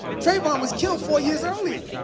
trayvon was killed four years earlier.